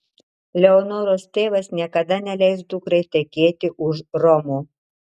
leonoros tėvas niekada neleis dukrai tekėti už romo